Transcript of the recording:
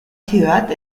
ciudad